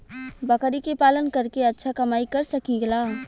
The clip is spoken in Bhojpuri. बकरी के पालन करके अच्छा कमाई कर सकीं ला?